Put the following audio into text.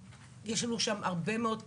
יש לנו שם הרבה מאוד קהילות,